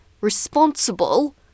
responsible